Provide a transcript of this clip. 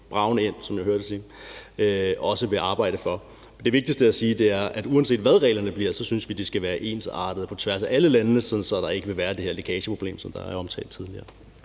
sige, også vil arbejde for. Det vigtigste at sige er, at uanset hvad reglerne bliver, synes vi, de skal være ensartede på tværs af alle landene, sådan at der ikke vil være det her lækageproblem, som er omtalt tidligere.